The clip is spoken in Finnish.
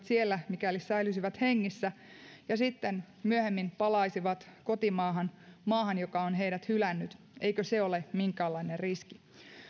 siellä mikäli säilyisivät hengissä ja sitten myöhemmin palaisivat kotimaahan maahan joka on heidät hylännyt eikö se ole minkäänlainen riski